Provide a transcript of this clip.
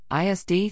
ISD